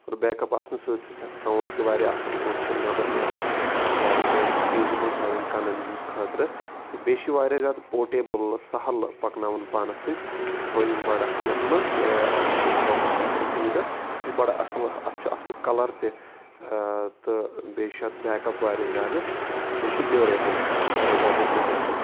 اور back up آسنَس سۭتۍ سۭتۍ چھِ اَتھ ساوُنٛڈ تہِ واریاہ اَصٕل اور یہِ چھِنہٕ نٮ۪بَر نیران زیادٕ کینٛہہ اور یہِ چھِ فیٖزِبٕل سانٮ۪ن کَنَن ہِنٛدۍ خٲطرٕ تہٕ بیٚیہِ چھِ واریاہ زیادٕ پوٹیبٕل سَہَل پَکناوُن پانَس سۭتۍ تھٔوۍ یِم بَڈٕس یَتھ منٛز اَمیُک یُس بۄکُس چھُ آسان سۭتۍ اَتھ یہِ چھُ بَڑٕ اَصٕل اَتھ چھُ اَصٕل کَلَر تہِ تہٕ بیٚیہِ چھُ اَتھ بیک اَپ واریاہ زیادٕ تہٕ بیٚیہِ چھِ ڈیوٗریبٕل واریاہ زیادٕ ڈیوٗریبٕل